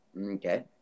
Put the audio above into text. Okay